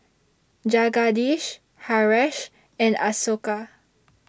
Jagadish Haresh and Ashoka